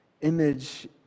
Image